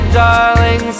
darling